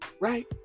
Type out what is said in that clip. right